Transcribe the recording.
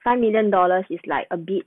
five million dollars is like a bit